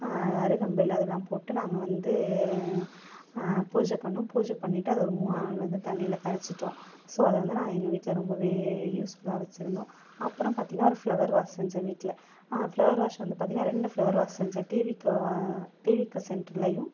அருகம்புல் அதெல்லாம் போட்டு நாங்கள் வந்து பூஜை பண்ணிணோம் பூஜை பண்ணிட்டு அதை ஒரு மூணாது நாள் வந்து தண்ணியில் கரைச்சிட்டோம் ஸோ அதை வந்து நான் எங்கள் வீட்டில் ரொம்பவே யூஸ்ஃபுல்லாக வெச்சுருந்தோம் அப்புறம் பார்த்தீங்கன்னா ஒரு ஃப்ளவர் வாஸ் செஞ்சேன் வீட்டில் ஃப்ளவர் வாஷ் வந்து பார்த்தீங்கன்னா ரெண்டு ஃப்ளவர் வாஸ் செஞ்சேன் டிவிக்கு டிவிக்கு சென்டர்லையும்